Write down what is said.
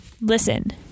Listen